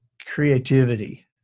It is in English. creativity